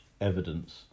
evidence